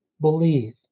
believe